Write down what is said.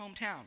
hometown